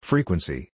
Frequency